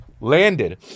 Landed